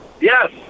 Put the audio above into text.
Yes